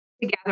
together